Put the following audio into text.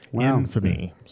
Infamy